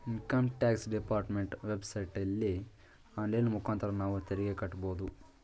income tax department web ಸೈಟಲ್ಲಿ online ಮುಖಾಂತರ ನಾವು ತೆರಿಗೆ ಕಟ್ಟಬೋದು